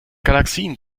galaxien